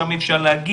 שם אי אפשר להגיע,